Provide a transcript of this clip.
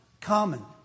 common